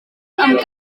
amb